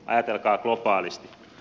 ajatelkaa globaalisti